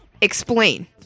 Explain